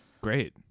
Great